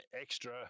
extra